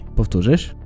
Powtórzysz